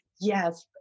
Yes